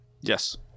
Yes